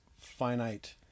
finite